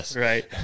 Right